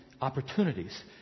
opportunities